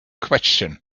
question